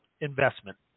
investment